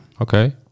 okay